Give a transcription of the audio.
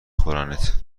خورنت